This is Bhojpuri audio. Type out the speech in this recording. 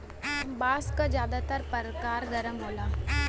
बांस क जादातर परकार गर्म होला